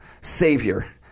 Savior